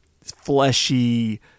fleshy